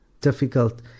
difficult